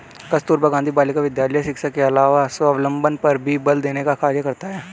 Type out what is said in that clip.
कस्तूरबा गाँधी बालिका विद्यालय शिक्षा के अलावा स्वावलम्बन पर बल देने का कार्य करता है